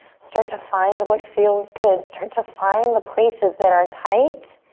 start to find what feels good. start to find the places that are tight.